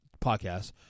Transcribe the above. podcast